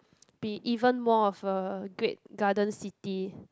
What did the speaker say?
be even more of a great garden city